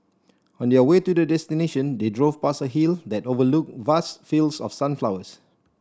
on their way to the destination they drove past a hill that overlook vast fields of sunflowers